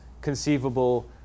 conceivable